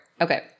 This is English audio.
Okay